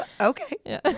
Okay